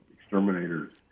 exterminators